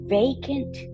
vacant